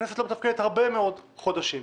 הכנסת לא מתפקדת הרבה מאוד חודשים.